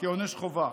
כעונש חובה.